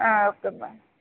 okay bye